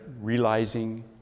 realizing